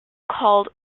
called